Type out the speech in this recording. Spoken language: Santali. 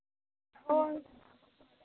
ᱦᱳᱭ